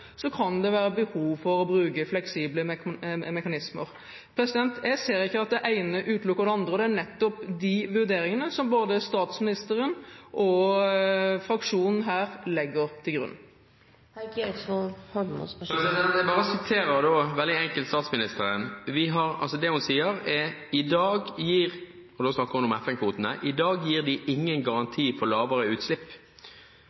kan det være behov for å bruke fleksible mekanismer. Jeg ser ikke at det ene utelukker det andre. Det er nettopp de vurderingene som både statsministeren og fraksjonen her legger til grunn. Jeg siterer bare – veldig enkelt – statsministeren. Det hun sier, er at i dag gir de – og da snakker hun om FN-kvotene – ingen garanti for lavere utslipp.